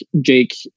Jake